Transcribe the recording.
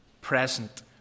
present